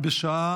בשעה